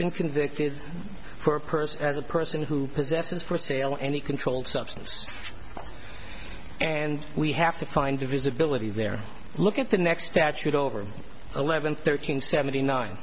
been convicted for a person as a person who possesses for sale any controlled substance and we have to find the visibility there look at the next tattoo over eleven thirteen seventy nine